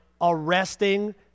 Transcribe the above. arresting